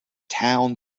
town